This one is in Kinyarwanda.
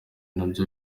nabyo